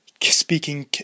speaking